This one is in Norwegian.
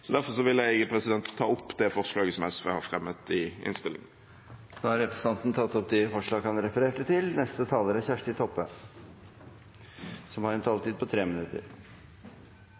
Jeg vil ta opp det forslaget som SV har fremmet i innstillingen. Representanten Audun Lysbakken har da tatt opp det forslaget han refererte til. De talere som heretter får ordet, har en taletid på inntil 3 minutter.